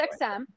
XM